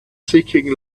seeking